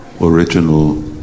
original